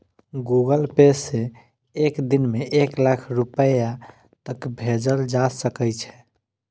Google Pay सं एक दिन मे एक लाख रुपैया तक भेजल जा सकै छै